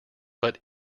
but